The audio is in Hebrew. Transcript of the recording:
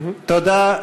תודה.